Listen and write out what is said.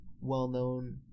well-known